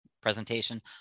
presentation